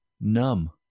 numb